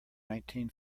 nineteen